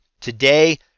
Today